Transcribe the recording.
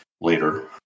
later